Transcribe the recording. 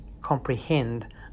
comprehend